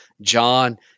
John